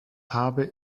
habe